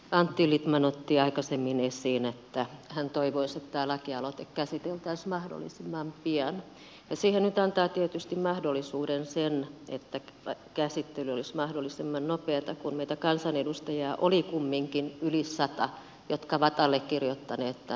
antti lindtman otti aikaisemmin esiin että hän toivoisi että tämä lakialoite käsiteltäisiin mahdollisimman pian ja siihen että käsittely olisi mahdollisimman nopeata nyt antaa tietysti mahdollisuuden se että tyttö käsitti myös mahdollisimman nopeata kun meitä kansanedustajia oli kumminkin yli sata jotka ovat allekirjoittaneet tämän tärkeän lakialoitteen